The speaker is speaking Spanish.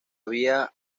vía